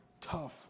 tough